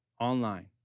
online